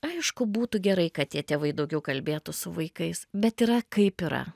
aišku būtų gerai kad tie tėvai daugiau kalbėtų su vaikais bet yra kaip yra